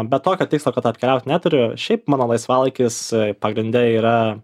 bet tokio tikslo kad apkeliaut neturiu šiaip mano laisvalaikis pagrinde yra